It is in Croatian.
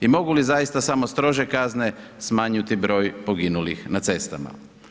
I mogu li zaista samo strože kazne smanjiti broj poginulih na cestama.